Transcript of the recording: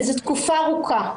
וזו תקופה ארוכה.